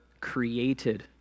created